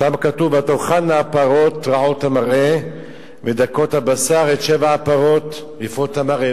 שם כתוב: ותאכלנה הפרות רעות המראה ודקות הבשר את שבע הפרות יפות המראה.